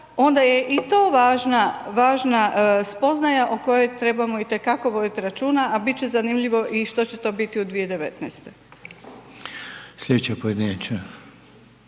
onda je i to važna spoznaja o kojoj trebamo itekako voditi računa, a bit će zanimljivo što će to biti i u 2019. **Reiner,